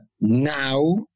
now